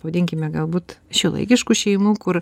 pavadinkime galbūt šiuolaikiškų šeimų kur